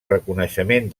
reconeixement